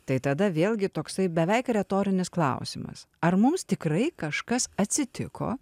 tai tada vėlgi toksai beveik retorinis klausimas ar mums tikrai kažkas atsitiko